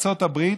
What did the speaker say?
לארצות הברית,